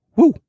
Woo